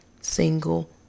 single